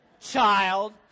child